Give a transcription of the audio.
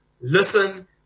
listen